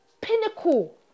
pinnacle